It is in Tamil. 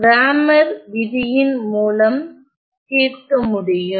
கிராமர் விதியின் Cramer's rule மூலம் தீர்க்க முடியும்